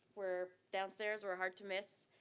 we're downstairs, we're hard to miss.